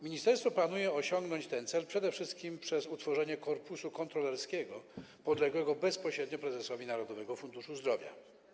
Ministerstwo planuje osiągnąć ten cel przede wszystkim przez utworzenie korpusu kontrolerskiego podległego bezpośrednio prezesowi Narodowego Funduszu Zdrowia.